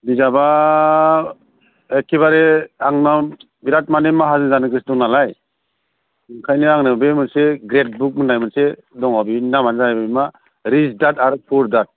बिजाबा एकेबारे आंनाव बिराद माने माहाजोन जानो गोसो दं नालाय ओंखायनो आंनो बे मोनसे ग्रेट बुक होननाय मोनसे दङ बेनि नामआ जाहैबाय मा रिच डेड आरो पुवर डेड